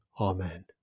Amen